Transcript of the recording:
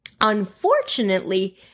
Unfortunately